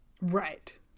right